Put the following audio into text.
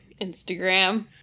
Instagram